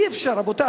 אי-אפשר, רבותי.